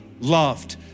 loved